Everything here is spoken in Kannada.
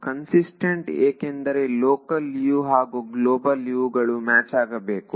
ಕನ್ಸಿಸ್ತೆಂಟ್ ಏಕೆಂದರೆ ಲೋಕಲ್ U ಹಾಗೂ ಗ್ಲೋಬಲ್ U ಗಳು ಮ್ಯಾಚ್ ಆಗಬೇಕು